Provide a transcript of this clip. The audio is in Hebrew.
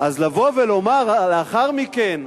אז לבוא ולומר לאחר מכן: